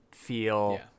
feel